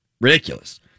ridiculous